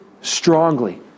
strongly